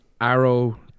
Arrow